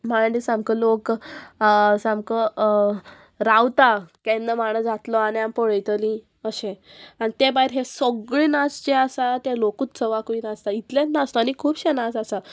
म्हळ्यार सामको लोक सामको रावता केन्ना मांडो जातलो आनी आमी पळयतली अशें आनी ते भायर हे सगळें नाच जे आसा ते लोकूच उत्सवाकूय नाचता इतलेच नाचता आनी खुबशे नाच आसा